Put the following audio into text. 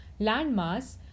landmass